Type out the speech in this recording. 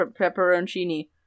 pepperoncini